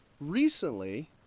Recently